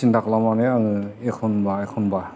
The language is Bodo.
सिनथा खालामनानै आङो एखम्बा एखम्बा